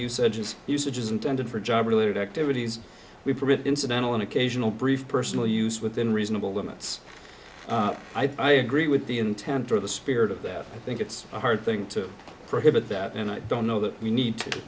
usage is usage is intended for job related activities we permit incidental and occasional brief personal use within reasonable limits i'd agree with the intent of the spirit of that i think it's a hard thing to prohibit that and i don't know that we need to